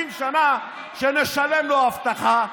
70 שנה שנשלם לו אבטחה,